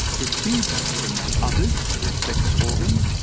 it feeds among others the sex organs,